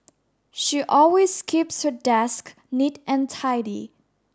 she always keeps her desk neat and tidy